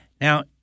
Now